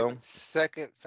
second